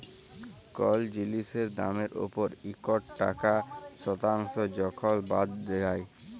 call জিলিসের দামের উপর ইকট টাকা শতাংস যখল বাদ যায়